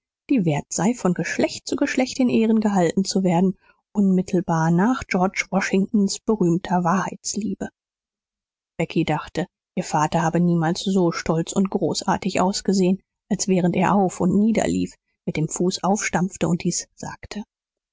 die wert sei von geschlecht zu geschlecht in ehren gehalten zu werden unmittelbar nach george washingtons berühmter wahrheitsliebe becky dachte ihr vater habe niemals so stolz und großartig ausgesehen als während er auf und nieder lief mit dem fuß aufstampfte und dies sagte